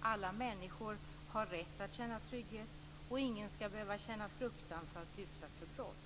Alla människor har rätt att känna trygghet. Ingen skall behöva känna fruktan för att bli utsatt för brott.